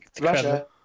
Russia